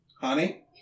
Honey